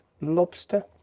Lobster